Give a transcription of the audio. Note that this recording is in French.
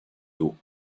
dos